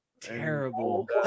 terrible